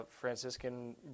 Franciscan